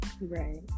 Right